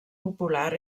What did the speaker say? popular